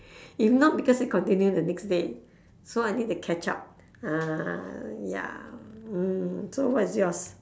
if not because it continue the next day so I need to catch up ah ya mm so what's yours